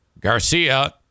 Garcia